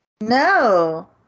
No